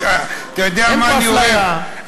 אין פה אפליה.